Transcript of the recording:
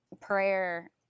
prayer